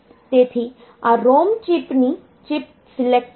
તેથી આ ROM ચિપની ચિપ સિલેક્ટ છે